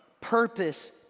purpose